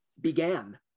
began